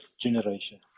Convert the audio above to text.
generation